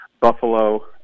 Buffalo